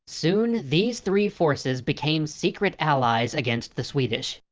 soon these three forces became secret allies against the swedish.